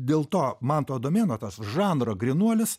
dėl to manto adomėno tas žanro grynuolis